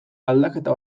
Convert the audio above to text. aldaketa